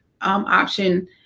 option